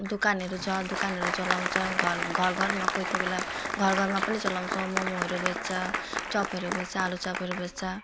दोकानहरू छ दोकानहरू चलाउँछ घर घरघरमा कोही कोही बेला घरघरमा पनि चलाउँछ मोमोहरू बेच्छ चपहरू बेच्छ आलु चपहरू बेच्छ